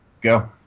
Go